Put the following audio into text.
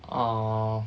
uh